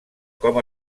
com